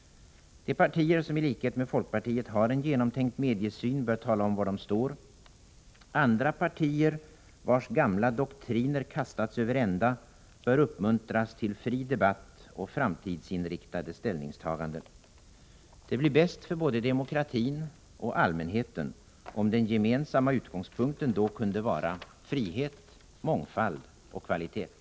De partier som i likhet med folkpartiet har en genomtänkt mediesyn bör tala om var de står. Andra partier vilkas gamla doktriner kastats över ända bör uppmuntras till fri debatt och framtidsinriktade ställningstaganden. Det blir bäst för både demokratin och allmänheten om den gemensamma utgångspunkten då kunde vara frihet, mångfald och kvalitet.